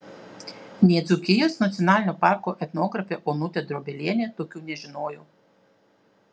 nė dzūkijos nacionalinio parko etnografė onutė drobelienė tokių nežinojo